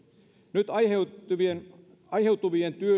nyt aiheutuvien aiheutuvien